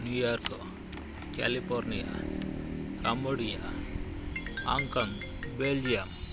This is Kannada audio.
New York California Cambodia Hong Kong Belgium